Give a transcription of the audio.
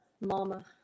Mama